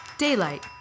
Daylight